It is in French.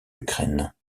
ukraine